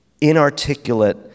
inarticulate